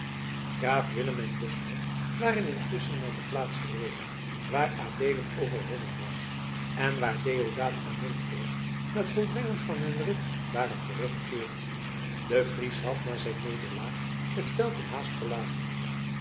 graaf willem en dusmer waren ondertusschen naar de plaats gereden waar adeelen overwonnen was en waar deodaat en montfoort na het volbrengen van hun rit waren teruggekeerd de fries had na zijn nederlaag het veld in haast verlaten